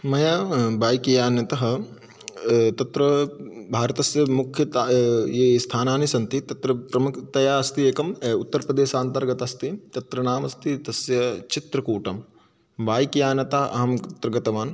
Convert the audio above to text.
मया बैक्यानतः तत्र भारतस्य मुख्यता ये स्थानानि सन्ति तत्र प्रमुखतया अस्ति एकं उत्तरप्रदेशान्तर्गतः अस्ति तत्र नाम अस्ति तस्य चित्रकूटं बैक्यानतः अहं तत्र गतवान्